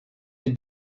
die